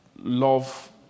love